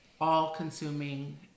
all-consuming